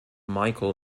michael